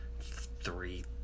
three